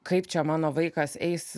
kaip čia mano vaikas eis